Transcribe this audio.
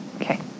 Okay